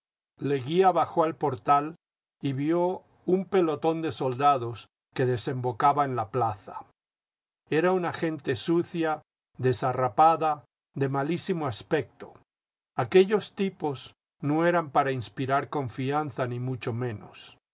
leguía bajó al portal y vio un pelotón de soldados que desembocaba en la plaza era una gente sucia desarrapada de malísimo aspecto aquellos tipos no eran para inspirar confianza ni mucho menos